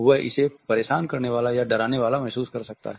वह इसे परेशान करनेवाला या डरने वाला महसूस कर सकता है